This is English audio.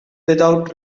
without